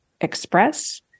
express